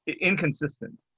inconsistent